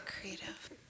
creative